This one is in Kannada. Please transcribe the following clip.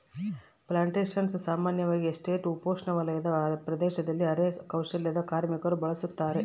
ಪ್ಲಾಂಟೇಶನ್ಸ ಸಾಮಾನ್ಯವಾಗಿ ಎಸ್ಟೇಟ್ ಉಪೋಷ್ಣವಲಯದ ಪ್ರದೇಶದಲ್ಲಿ ಅರೆ ಕೌಶಲ್ಯದ ಕಾರ್ಮಿಕರು ಬೆಳುಸತಾರ